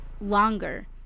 longer